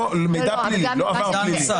לא עבר פלילי.